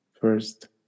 first